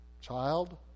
child